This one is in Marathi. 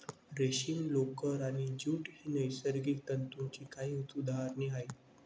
रेशीम, लोकर आणि ज्यूट ही नैसर्गिक तंतूंची काही उदाहरणे आहेत